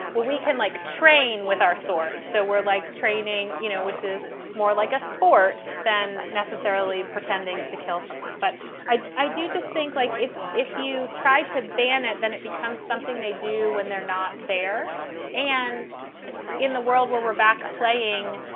well, we can, like, train with our swords. so we're like training, you know, which is more like a sport than necessarily pretending to kill someone. but i i do just think, like, if if you tried to ban it, then it becomes something they do when they're not there and in the world where we're back playing,